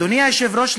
אדוני היושב-ראש,